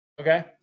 Okay